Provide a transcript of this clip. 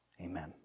Amen